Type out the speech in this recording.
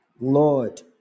Lord